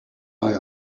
eye